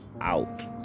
Out